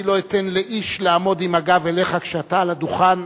אני לא אתן לאיש לעמוד עם הגב אליך כשאתה על הדוכן,